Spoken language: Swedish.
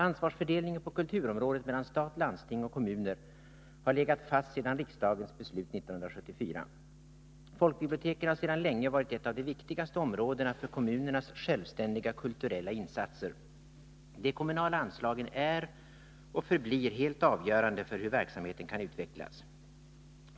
Ansvarsfördelningen på kulturområdet mellan stat, landsting och kommuner har legat fast sedan riksdagens beslut år 1974. Folkbiblioteken har sedan länge varit ett av de viktigaste områdena för kommunernas självständiga kulturella insatser. De kommunala anslagen är och förblir helt avgörande för hur verksamheten kan utvecklas.